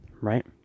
right